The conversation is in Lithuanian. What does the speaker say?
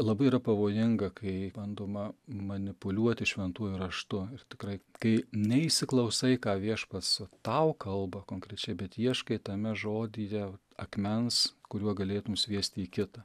labai yra pavojinga kai bandoma manipuliuoti šventuoju raštu ir tikrai kai neįsiklausai ką viešpats va tau kalba konkrečiai bet ieškai tame žodyje akmens kuriuo galėtum sviesti į kitą